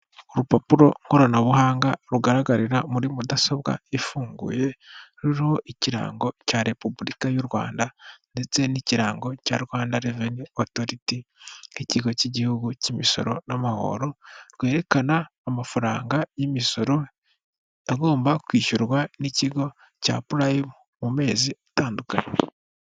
Urupapuro nkoranabuhanga rugaragarira muri mudasobwa ifunguye ruriho ikirango cya repubulika y'u rwanda ndetse n'ikirango cya rwanda reveni otoriti nk'ikigo cy'igihugu cy'imisoro n'amahoro rwerekana amafaranga y'imisoro agomba kwishyurwa n'ikigo cya purayimu mu mezi atandukanye.